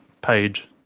page